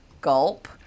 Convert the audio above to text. gulp